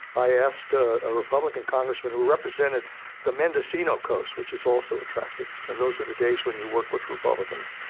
i asked a ah republican congressman who represented the mendocino coast, which is also attractive, and those are the days when you work with republicans,